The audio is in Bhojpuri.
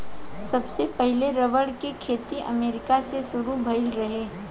सबसे पहिले रबड़ के खेती अमेरिका से शुरू भईल रहे